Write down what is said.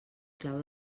clau